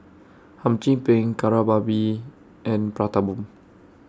Hum Chim Peng Kari Babi and Prata Bomb